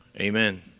Amen